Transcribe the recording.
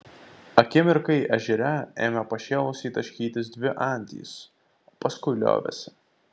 akimirkai ežere ėmė pašėlusiai taškytis dvi antys paskui liovėsi